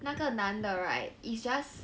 那个男的 right is just